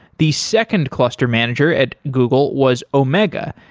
the second cluster manager at google was omega.